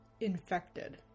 infected